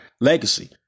legacy